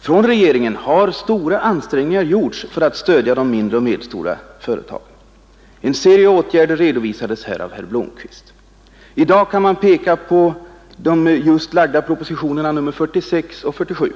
Från regeringen har stora ansträngningar gjorts för att stödja den mindre och medelstora företagsamheten. En serie åtgärder redovisades här av herr Blomkvist. I dag kan man peka på de just lagda propositionerna nr 46 och 47.